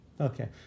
Okay